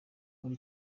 muri